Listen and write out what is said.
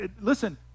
listen